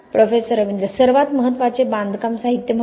professor Ravindra सर्वात महत्वाचे बांधकाम साहित्य म्हणून